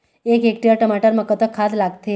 एक हेक्टेयर टमाटर म कतक खाद लागथे?